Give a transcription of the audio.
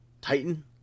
Titan